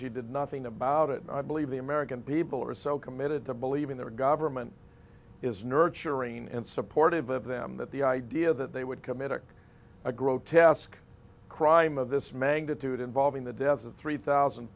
she did nothing about it i believe the american people are so committed to believing their government is nurturing and supportive of them that the idea that they would comedic a grotesque crime of this magnitude involving the deaths of three thousand